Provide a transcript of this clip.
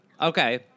Okay